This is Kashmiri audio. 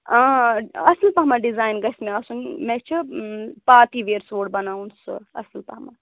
آ اَصٕل پَہمَتھ ڈِزایِن گژھِ مےٚ آسُن مےٚ چھُ پاٹی وِیر سوٗٹ بَناوُن سُہ اَصٕل پَہمَتھ